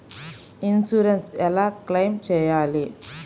Insurance ఎలా claim చేయాలి?